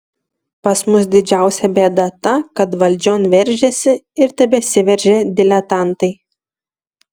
pas mus didžiausia bėda ta kad valdžion veržėsi ir tebesiveržia diletantai